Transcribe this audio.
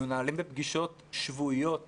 מנוהלים בפגישות שבועיות בינינו,